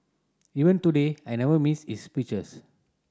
even today I never miss his speeches